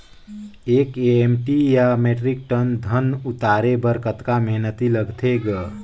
एक एम.टी या metric ton धन उतारे बर कतका मेहनती लगथे ग?